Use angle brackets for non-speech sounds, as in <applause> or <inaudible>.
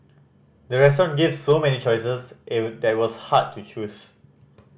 the restaurant gave so many choices <unintelligible> that was hard to choose